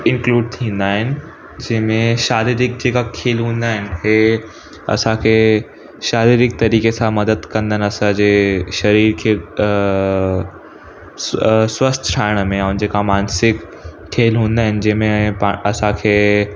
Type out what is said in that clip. include थींदा आहिनि जंहिंमें शारीरिक जेका खेल हूंदा आहिनि हीअ असांखे शारीरिक तरीके सां मदद कंदा असांजे शरीर खे अ स्व स्वस्थ्यु ठाहिण में ऐं जेका मानसिक खेल हूंदा आहिनि जंहिंमें प असांखे